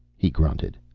he grunted.